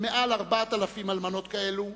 יותר מ-4,000 אלמנות כאלה,